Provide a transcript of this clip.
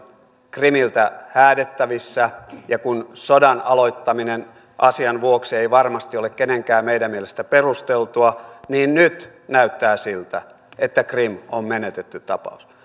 krimiltä häädettävissä sodan aloittaminen asian vuoksi ei varmasti ole kenenkään meidän mielestä perusteltua ja nyt näyttää siltä että krim on menetetty tapaus